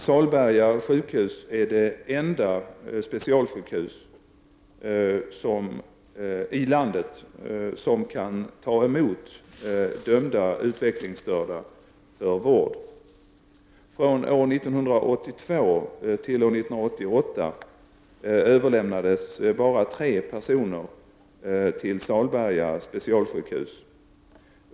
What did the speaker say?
Salberga sjukhus är det enda specialsjukhuset i landet som kan ta emot dömda utvecklingsstörda för vård. Från år 1982 till år 1988 överlämnades bara tre personer till Salberga specialsjukhus.